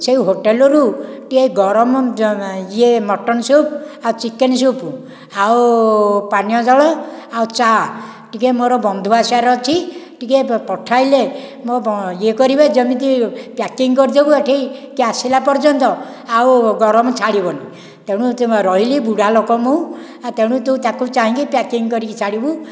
ସେ ହୋଟେଲରୁ ଟିକେ ଗରମ ଇଏ ମଟନ୍ ସୂପ ଆଉ ଚିକେନ୍ ସୂପ ଆଉ ପାନୀୟ ଜଳ ଆଉ ଚା' ଟିକିଏ ମୋର ବନ୍ଧୁ ଆସିବାର ଅଛି ଟିକିଏ ପଠାଇଲେ ମୋ ଇଏ କରିବେ ଯେମିତି ପ୍ୟାକିଂ କରିଦେବ ଏଠିକି ଆସିଲା ପର୍ଯ୍ୟନ୍ତ ଆଉ ଗରମ ଛାଡ଼ିବନି ତମକୁ ତ ମୁଁ ରହିଲି ବୁଢ଼ାଲୋକ ମୁଁ ଆଉ ତେଣୁ ତୁ ତାକୁ ଚାହିଁକି ପ୍ୟାକିଂ କରିକି ଛାଡ଼ିବୁ